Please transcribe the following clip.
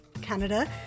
Canada